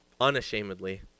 unashamedly